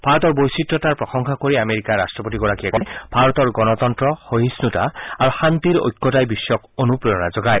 ভাৰতৰ বৈচিত্ৰ্যতাৰ প্ৰশংসা কৰি আমেৰিকাৰ ৰাট্টপতিগৰাকীয়ে কয় যে ভাৰতৰ গণতন্ত্ৰ সহিফুতা আৰু শান্তিৰ ঐক্যতাই বিশ্বক অনুপ্ৰেৰণা যোগায়